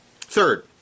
Third